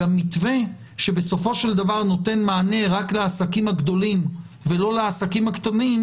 מתווה שבסופו של דבר נותן מענה רק לעסקים הגדולים ולא לעסקים הקטנים,